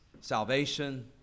salvation